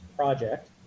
Project